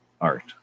art